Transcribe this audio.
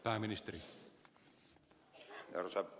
arvoisa puhemies